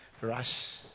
rush